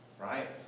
right